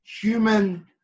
human